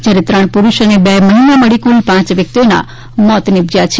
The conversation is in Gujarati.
જ્યારે ત્રણ પુરૂષ અને બે મહિલા મળી કુલ પાંચ વ્યક્તિઓના મોત નિપજ્યા છે